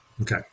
Okay